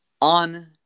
on